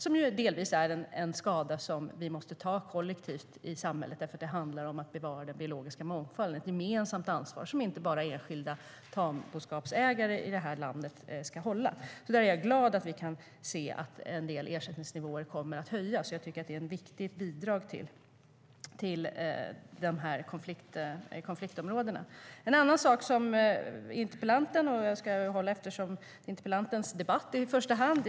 Det är skador som vi i samhället kollektivt måste ta ansvar för eftersom det handlar om ett gemensamt ansvar att bevara den biologiska mångfalden. Det ska inte bara enskilda tamboskapsägare i det här landet ta ansvar för. Där är jag glad att vi kan se att en del ersättningsnivåer kommer att höjas. Jag tycker att det är ett viktigt bidrag i dessa konfliktområden. Interpellanten tar upp en annan sak, och jag ska hålla mig till det eftersom det i första hand är interpellantens debatt.